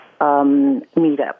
meetup